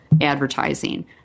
advertising